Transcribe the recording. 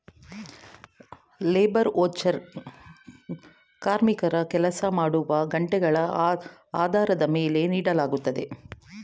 labour voucher ಕಾರ್ಮಿಕರು ಕೆಲಸ ಮಾಡಿರುವ ಗಂಟೆಗಳ ಆಧಾರದ ಮೇಲೆ ನೀಡಲಾಗುತ್ತದೆ